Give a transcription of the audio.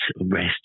rest